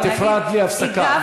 את הפרעת בלי הפסקה,